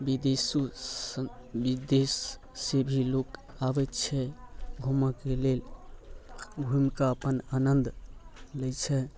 विदेशो विदेशसँ भी लोक आबैत छै घूमऽके लेल घुमिकऽ अपन आनन्द लै छै